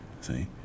See